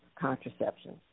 contraception